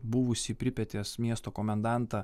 buvusį pripetės miesto komendantą